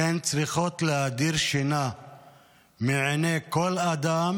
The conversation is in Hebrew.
הן צריכות להדיר שינה מעיני כל אדם